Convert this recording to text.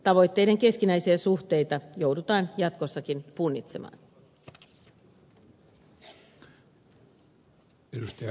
tavoitteiden keskinäisiä suhteita joudutaan jatkossakin punnitsemaan